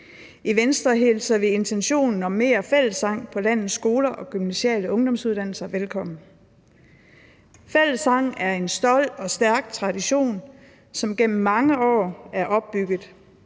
I Venstre hilser vi intentionen om mere fællessang på landets skoler og gymnasiale ungdomsuddannelser velkommen. Fællessang er en stolt og stærk tradition, som gennem mange år er opbygget